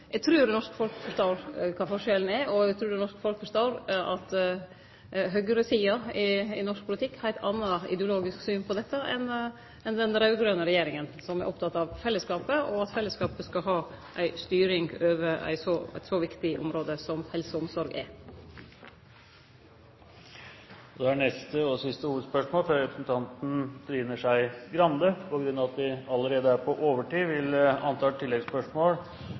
forstår at høgresida i norsk politikk har eit anna ideologisk syn på dette enn den raud-grøne regjeringa, som er oppteken av fellesskapet, og av at fellesskapet skal ha ei styring over eit så viktig område som helse og omsorg er. Da er neste og siste hovedspørsmål fra Trine Skei Grande. Fordi vi allerede er på overtid, vil